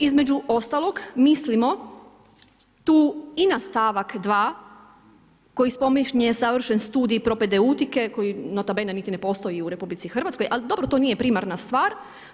Između ostalog mislimo tu i na stavak 2. koji spominje završen studij propedeutike koji nota bene niti ne postoji u RH, ali dobro to nije primarna stvar.